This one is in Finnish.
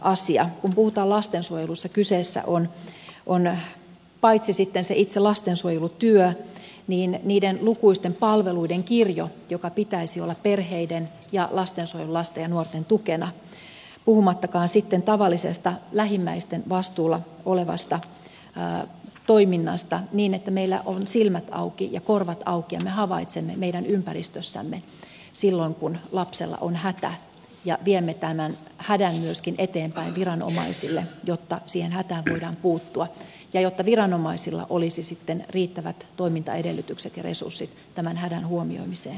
kun puhutaan lastensuojelusta kyseessä on paitsi sitten se itse lastensuojelutyö myös niiden lukuisten palveluiden kirjo joiden pitäisi olla perheiden ja lastensuojelulasten ja nuorten tukena puhumattakaan sitten tavallisesta lähimmäisten vastuulla olevasta toiminnasta niin että meillä on silmät auki ja korvat auki ja me havaitsemme meidän ympäristössämme silloin kun lapsella on hätä ja viemme tämän hädän myöskin eteenpäin viranomaisille jotta siihen hätään voidaan puuttua ja jotta viranomaisilla olisi sitten riittävät toimintaedellytykset ja resurssit tämän hädän huomioimiseen